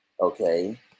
okay